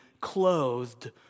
clothed